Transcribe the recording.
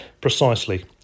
precisely